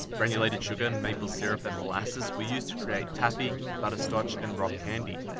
granulated sugar, maple syrup and molasses were used to create taffy, butterscotch and rock candy.